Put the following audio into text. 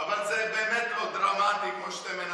אבל זה באמת לא דרמטי כמו שאתם מנסים.